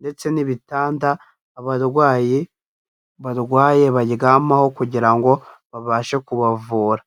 ndetse n'ibitanda, abarwayi barwaye baryamaho kugira ngo babashe kubavura.